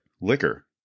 liquor